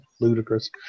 Ludicrous